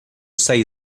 say